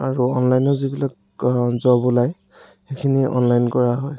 আৰু অনলাইনত যিবিলাক জব ওলাই সেইখিনি অনলাইন কৰা হয়